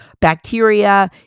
bacteria